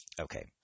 Okay